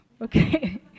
okay